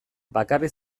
bakarrik